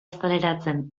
azaleratzen